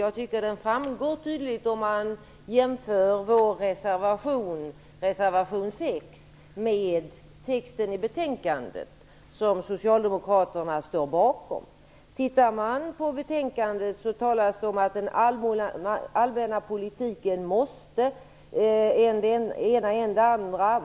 Jag tycker att det framgår tydligt när man jämför vår reservation 6 med texten i betänkandet, som socialdemokraterna står bakom. I betänkandet talas det om att den allmänna politiken måste än det ena, än det andra.